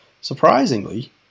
surprisingly